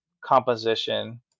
composition